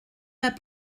pas